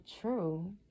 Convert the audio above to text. true